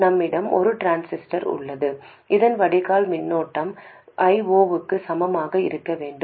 எங்களிடம் ஒரு டிரான்சிஸ்டர் உள்ளது இதன் வடிகால் மின்னோட்டம் I0 க்கு சமமாக இருக்க வேண்டும்